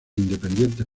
independientes